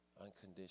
unconditional